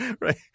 right